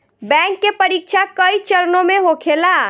bank के परीक्षा कई चरणों में होखेला